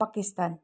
Pakistan